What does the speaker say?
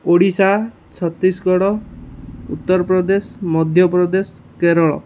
Odisha Chhattisgarh Uttar Pradesh Madhya Pradesh Kerala